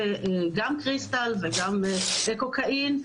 גם קריסטל וגם קוקאין,